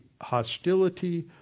hostility